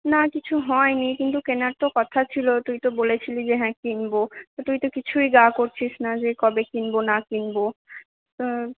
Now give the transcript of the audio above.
না কিছু হয়নি কিন্তু কেনার তো কথা ছিল তুই তো বলেছিলি যে হ্যাঁ কিনব তুই তো কিছুই গা করছিস না যে কবে কিনব না কিনব